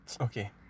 Okay. (